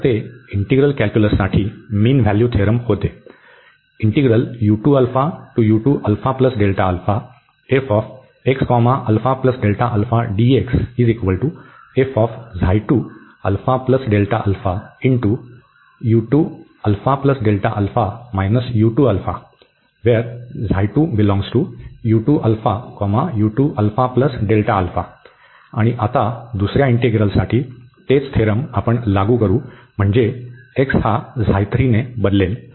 तर ते इंटीग्रल कॅल्क्युलससाठी मीन व्हॅल्यू थेरम होते आणि आता दुसर्या इंटीग्रलसाठी तेच थेरम आपण लागू करू म्हणजे हा ने बदलेल